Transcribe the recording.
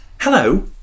Hello